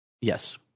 Yes